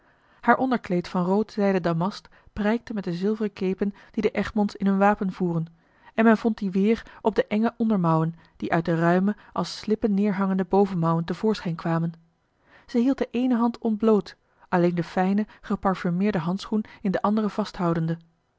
haar onderkleed van rood zijden damast prijkte met de zilveren kepen die de egmonds in hun wapen voeren en men vond die weêr op de enge ondermouwen die uit de ruime als slippen neêrhangende bovenmouwen te voorschijn kwamen zij hield de eene hand ontbloot alleen den fijnen geparfumeerden handschoen in de anderen vasthoudende